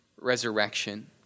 resurrection